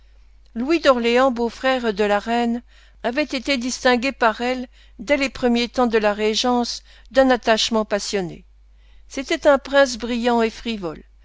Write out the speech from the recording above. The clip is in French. louis d'orléans beau-frère de la reine avait été distingué par elle dès les premiers temps de la régence d'un attachement passionné c'était un prince brillant et frivole